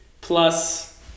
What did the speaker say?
plus